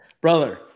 Brother